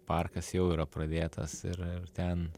parkas jau yra pradėtas ir ten